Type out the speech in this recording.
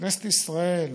שכנסת ישראל